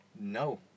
No